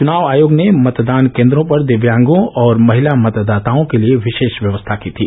चुनाव आयोग ने मतदान केन्द्रों पर दिव्यांगों और महिला मतदाताओं के लिये विषेश व्यवस्था की थी